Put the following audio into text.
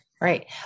Right